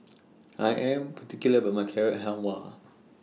I Am particular about My Carrot Halwa